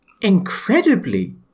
incredibly